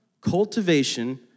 cultivation